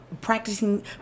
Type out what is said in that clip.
practicing